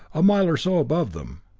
a mile or so above them.